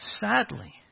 Sadly